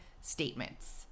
statements